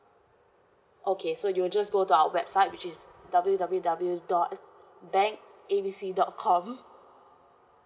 okay so you will just go to our website which is W_W_W dot bank A B C dot com